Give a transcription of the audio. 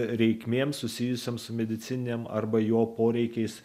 reikmėms susijusiom su medicininėm arba jo poreikiais